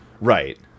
Right